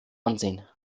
ansehen